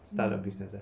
start a business ah